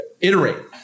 iterate